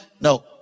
No